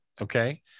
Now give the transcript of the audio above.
okay